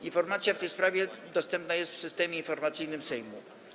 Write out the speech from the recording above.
Informacja w tej sprawie dostępna jest w Systemie Informacyjnym Sejmu.